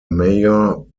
mayor